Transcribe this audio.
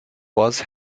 was